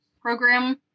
Program